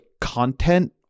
content